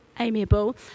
Amiable